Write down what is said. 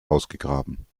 ausgegraben